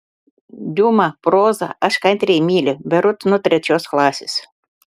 diuma prozą aš kantriai myliu berods nuo trečios klasės